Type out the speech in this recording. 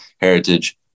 heritage